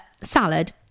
salad